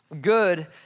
good